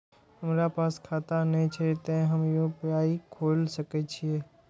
हमरा पास खाता ने छे ते हम यू.पी.आई खोल सके छिए?